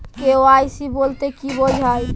KYC বলতে কি বোঝায়?